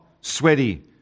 sweaty